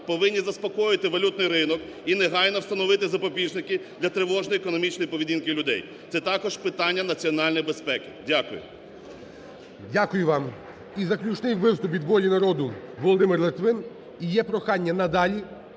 повинні заспокоїти валютний ринок і негайно встановити запобіжники для тривожної економічної поведінки людей. Це також питання національної безпеки. Дякую. ГОЛОВУЮЧИЙ. Дякую вам. І заключний виступ від "Волі народу" – Володимир Литвин. І є прохання, надалі